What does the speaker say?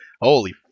Holy